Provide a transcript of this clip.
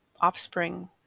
offspring